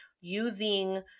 Using